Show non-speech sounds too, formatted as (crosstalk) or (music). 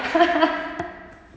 (laughs)